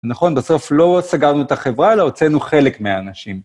נכון, בסוף לא סגרנו את החברה, אלא הוצאנו חלק מהאנשים.